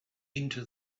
into